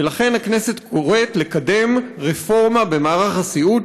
ולכן הכנסת קוראת לקדם רפורמה במערך הסיעוד,